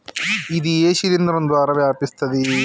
ఇది ఏ శిలింద్రం ద్వారా వ్యాపిస్తది?